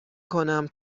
کنم